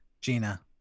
Gina